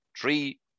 Three